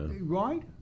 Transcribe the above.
Right